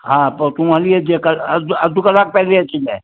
हा पोइ तू हली अचिजांइ घर अधु अधु कलाकु पहिरी अची वञिजांइ हा